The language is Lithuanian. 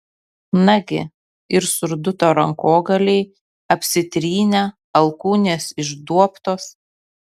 nagi ir surduto rankogaliai apsitrynę alkūnės išduobtos